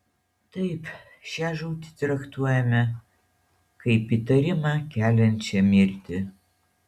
taip šią žūtį traktuojame kaip įtarimą keliančią mirtį